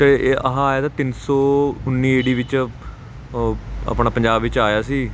ਅਤੇ ਆ ਆਹਾ ਆਇਆ ਤਾ ਤਿੰਨ ਸੌ ਉੱਨੀ ਈ ਡੀ ਵਿੱਚ ਆਪਣਾ ਪੰਜਾਬ ਵਿੱਚ ਆਇਆ ਸੀ